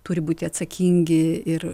turi būti atsakingi ir